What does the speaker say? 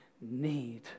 need